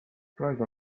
praegu